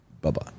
Bye-bye